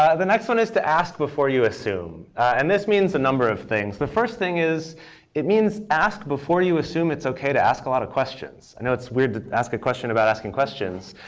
ah the next one is to ask before you assume. and this means a number of things. the first thing is it means ask before you assume it's ok to ask a lot of questions. i know it's weird to ask a question about asking questions.